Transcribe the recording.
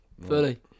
Fully